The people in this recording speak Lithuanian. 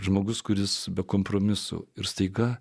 žmogus kuris be kompromisų ir staiga